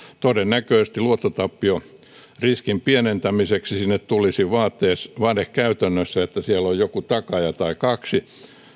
todennäköisesti luottotappioriskin pienentämiseksi sinne tulisi käytännössä vaade siitä että siellä on joku takaaja tai kaksi